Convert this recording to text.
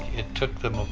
it took them um